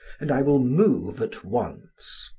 and i will move at once.